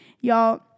y'all